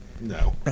No